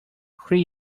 three